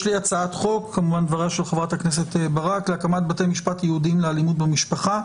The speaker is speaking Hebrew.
יש לי הצעת חוק להקמת בתי משפט ייעודיים לאלימות במשפחה,